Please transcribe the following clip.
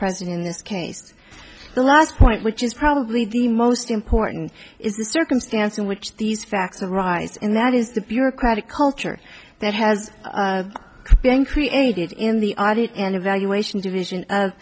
present in this case the last point which is probably the most important is the circumstance in which these facts arise in that is the bureaucratic culture that has been created in the audit and evaluation division of